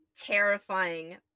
terrifying